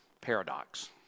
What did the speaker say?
paradox